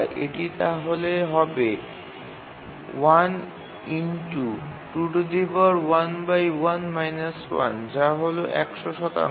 এটি তাহলে হবে যা হল ১০০ শতাংশ